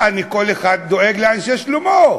כל אחד דואג לאנשי שלומו.